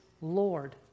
Lord